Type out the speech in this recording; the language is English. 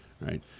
right